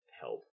help